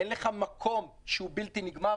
אין לך מקום שהוא בלתי נגמר.